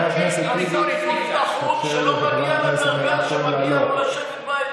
שלא מגיע לדרגה שמגיע לו לשבת בעליון,